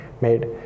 made